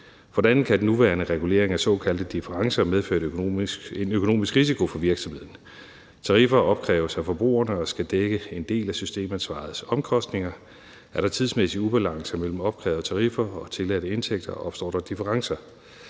andet kan den nuværende regulering af såkaldte differencer medføre en økonomisk risiko for virksomheden. Tariffer opkræves af forbrugerne og skal dække en del af systemansvarets omkostninger. Er der tidsmæssige ubalancer mellem opkrævede tariffer og tilladte indtægter, opstår der differencer.